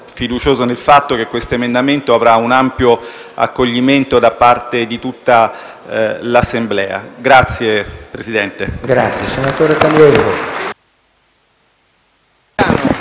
fiducioso nel fatto che questo emendamento avrà un ampio accoglimento da parte di tutta l'Assemblea. *(Applausi